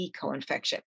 co-infection